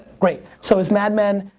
great. so is mad men,